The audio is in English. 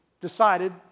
decided